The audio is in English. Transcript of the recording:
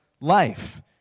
life